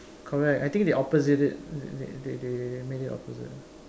correct I think they opposite it they they they made it opposite lah